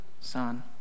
sun